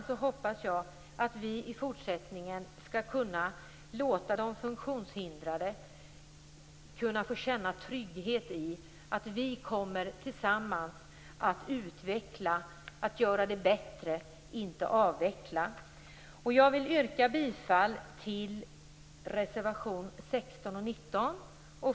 Därför hoppas jag att vi i fortsättningen skall kunna låta de funktionshindrade känna trygghet i vetskapen om att vi tillsammans kommer att utveckla saker och göra dem bättre - inte avveckla dem. Jag yrkar bifall till reservationerna 16 och 19.